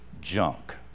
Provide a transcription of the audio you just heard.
junk